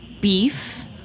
beef